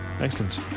excellent